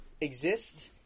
exist